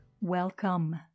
Welcome